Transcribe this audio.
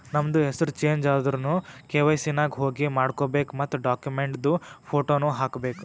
ನಮ್ದು ಹೆಸುರ್ ಚೇಂಜ್ ಆದುರ್ನು ಕೆ.ವೈ.ಸಿ ನಾಗ್ ಹೋಗಿ ಮಾಡ್ಕೋಬೇಕ್ ಮತ್ ಡಾಕ್ಯುಮೆಂಟ್ದು ಫೋಟೋನು ಹಾಕಬೇಕ್